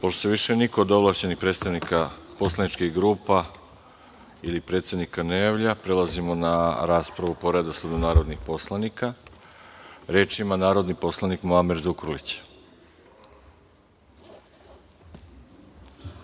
Pošto se više niko od ovlašćenih predstavnika poslaničkih grupa ili predsednika ne javlja, prelazimo na raspravu po redosledu narodnih poslanika. Reč ima narodni poslanik Muamer